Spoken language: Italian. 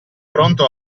pronto